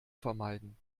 vermeiden